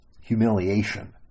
humiliation